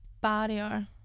barrier